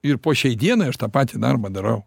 ir po šiai dienai aš tą patį darbą darau